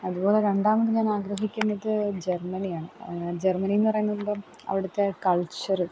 അതുപോലെ രണ്ടാമത് ഞാനാഗ്രഹിക്കുന്നത് ജെർമ്മെനിയാണ് ജെർമ്മെനി എന്നു പറയുമ്പോള് അവിടുത്തെ കൾച്ചര്